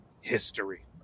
history